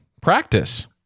practice